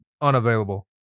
Unavailable